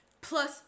plus